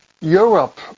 Europe